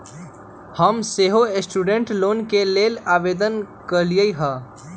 हम सेहो student loan के लेल आवेदन कलियइ ह